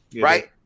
right